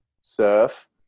surf